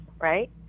right